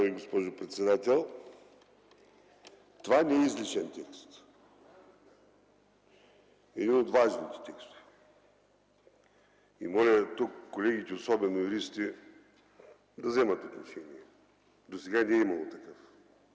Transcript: госпожо председател. Това не е излишен текст. Един от важните текстове е. И моля тук колегите, особено юристите, да вземат отношение. Досега не е имало такъв.